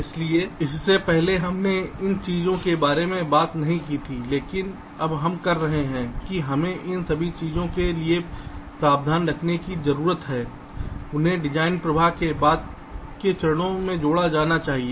इसलिए इससे पहले हमने इन सभी चीजों के बारे में बात नहीं की थी लेकिन अब हम कह रहे हैं कि हमें इन सभी चीजों के लिए प्रावधान रखने की जरूरत है जिन्हें डिजाइन प्रवाह के बाद के चरणों में जोड़ा जाना चाहिए